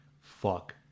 Fuck